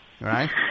right